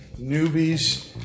newbies